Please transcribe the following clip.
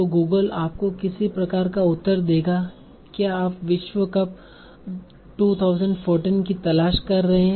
तो गूगल आपको किसी प्रकार का उत्तर देगा क्या आप विश्व कप 2014 की तलाश कर रहे हैं